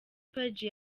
page